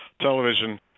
television